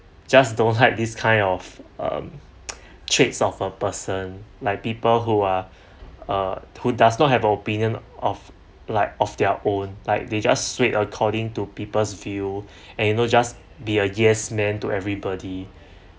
just don't hide this kind of um traits of a person like people who are uh who does not have a opinion of like of their own like they just straight according to people's view and you know just be a yes men to everybody